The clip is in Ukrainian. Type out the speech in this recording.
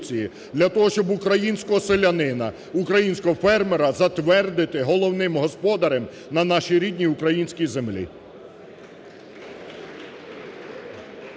для того, щоб українського селянина, українського фермера затвердити головним господарем на нашій рідній українській землі.